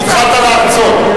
התחלת להרצות.